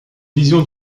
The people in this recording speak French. vision